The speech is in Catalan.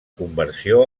conversió